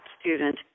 student